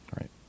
Right